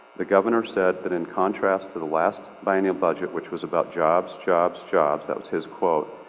the governor said that in contrast to the last bi-annual budget, which was about jobs, jobs, jobs, that was his quite,